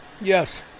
Yes